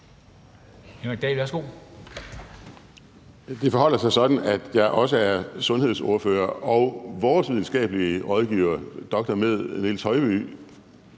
Det forholder sig sådan, at jeg også er sundhedsordfører. Og vores videnskabelige rådgiver, dr.med. Niels Høiby,